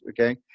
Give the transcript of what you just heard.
okay